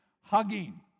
hugging